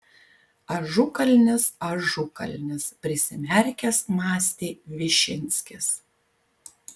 ažukalnis ažukalnis prisimerkęs mąstė višinskis